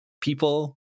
people